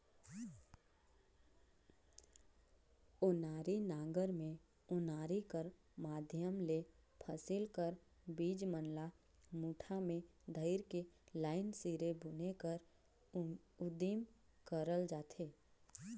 ओनारी नांगर मे ओनारी कर माध्यम ले फसिल कर बीज मन ल मुठा मे धइर के लाईन सिरे बुने कर उदिम करल जाथे